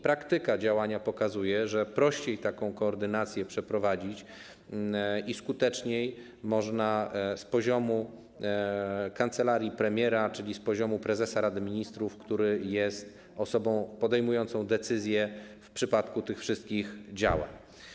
Praktyka działania pokazuje, że taką koordynację można przeprowadzić prościej i skuteczniej z poziomu kancelarii premiera, czyli z poziomu prezesa Rady Ministrów, który jest osobą podejmującą decyzje w przypadku tych wszystkich działań.